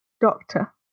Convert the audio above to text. Doctor